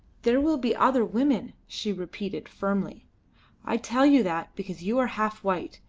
there will be other women, she repeated firmly i tell you that, because you are half white,